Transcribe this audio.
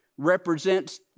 represents